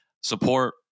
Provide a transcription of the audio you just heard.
Support